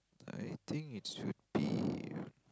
I think it should be